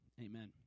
amen